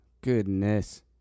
Goodness